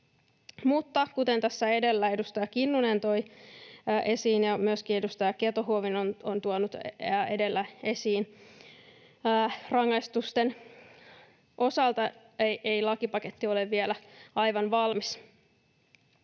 tässä edellä edustaja Kinnunen toi esiin ja myöskin edustaja Keto-Huovinen on tuonut edellä esiin, rangaistusten osalta ei lakipaketti ole vielä aivan valmis.